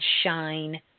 shine